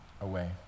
away